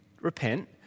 Repent